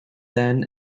then